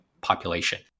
population